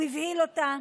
הוא הבהיל אותה.